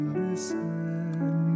listen